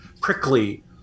prickly